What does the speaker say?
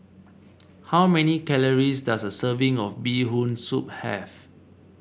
how many calories does a serving of Bee Hoon Soup have